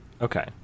Okay